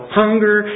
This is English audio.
hunger